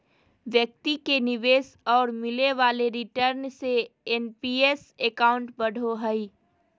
व्यक्ति के निवेश और मिले वाले रिटर्न से एन.पी.एस अकाउंट बढ़ो हइ